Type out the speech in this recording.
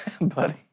buddy